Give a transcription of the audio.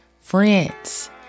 friends